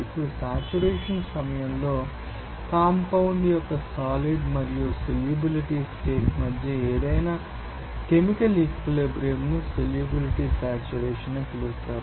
ఇప్పుడు సాచురేషన్ సమయంలో కాంపౌండ్ యొక్క సాలిడ్ మరియు సొల్యూబిలిటీ స్టేట్ మధ్య ఏదైనా కెమికల్ ఈక్విలిబ్రియంను సోల్యూబిలిటీ సాచురేషన్ అని పిలుస్తారు